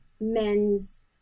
men's